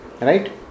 Right